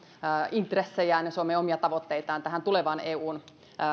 intressejä ja suomen omia tavoitteita tähän tähän tulevaan eun